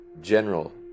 General